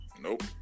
Nope